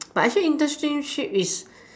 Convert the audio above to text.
but actually internship is